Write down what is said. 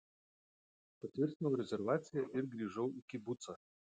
patvirtinau rezervaciją ir grįžau į kibucą